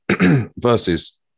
versus